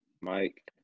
Mike